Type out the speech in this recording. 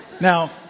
Now